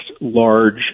large